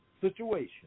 situation